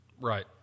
Right